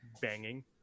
banging